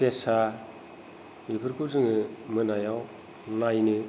फेसा बेफोरखौ जोङो मोनायाव नायनो